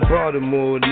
Baltimore